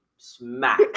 Smack